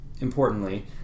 importantly